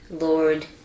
Lord